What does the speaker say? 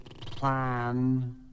plan